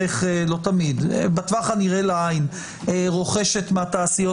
בטווח הנראה לעין רוכשת מהתעשיות